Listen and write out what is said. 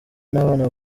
n’abana